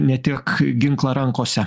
ne tik ginklą rankose